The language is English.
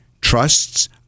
trusts